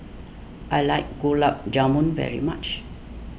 I like Gulab Jamun very much